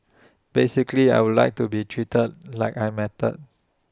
basically I would like to be treated like I matter